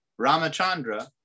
Ramachandra